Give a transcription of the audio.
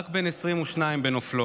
רק בן 22 בנופלו,